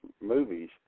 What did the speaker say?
movies